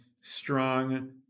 strong